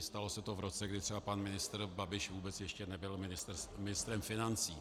Stalo se to v roce, kdy třeba pan ministr Babiš vůbec ještě nebyl ministrem financí.